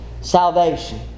salvation